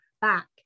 back